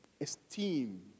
Esteem